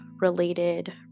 related